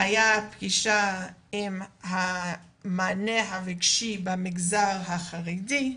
הייתה פגישה עם המענה הרגשי במגזר החרדי,